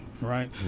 right